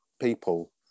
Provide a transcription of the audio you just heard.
people